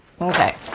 Okay